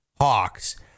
Hawks